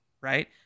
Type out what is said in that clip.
Right